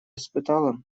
испытала